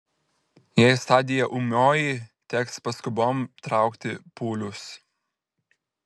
jei stadija ūmioji teks paskubom traukti pūlius